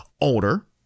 older